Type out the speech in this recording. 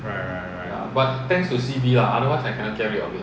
right right right